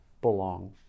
belong